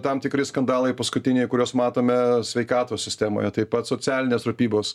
tam tikri skandalai paskutiniai kuriuos matome sveikatos sistemoje taip pat socialinės rūpybos